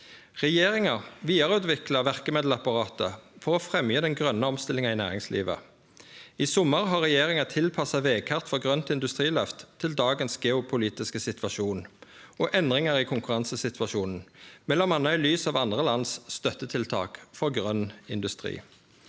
Regjeringa vidareutviklar verkemiddelapparatet for å fremje den grøne omstillinga i næringslivet. I sommar har regjeringa tilpassa vegkart for grønt industriløft til dagens geopolitiske situasjon og endringar i konkurransesituasjonen, m.a. i lys av andre lands støttetiltak for grøn industri.